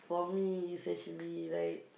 for me is actually right